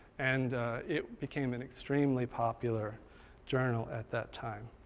and it became an extremely popular journal at that time.